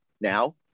now